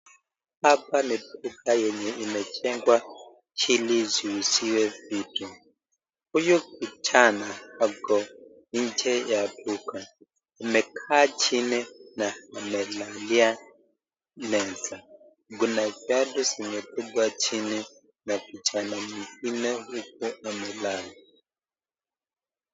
Hapa ni duka yenye imejengwa chini isizuie vitu. Huyu kijana ako nje ya duka. Amekaa chini na amevalia meza. Kuna gadi zime tupwa chini na kijana mwingine huku amelala.